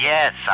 Yes